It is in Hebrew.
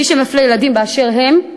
מי שמפלה ילדים באשר הם,